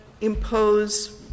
impose